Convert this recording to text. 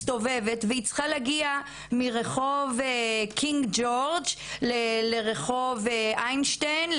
מסתובבת והיא צריכה להגיע מרחוב קינג ג'ורג' לרחוב איינשטיין,